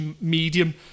medium